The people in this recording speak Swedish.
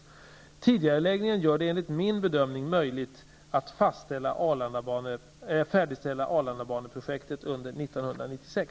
Tidigareläggningen gör det enligt min bedömning möjligt att färdigställa Arlandabaneprojektet under 1996.